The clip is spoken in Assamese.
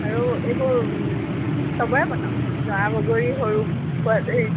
আৰু এইবোৰ সবৰে বনাওঁ নৰা বগৰী সৰু হেৰি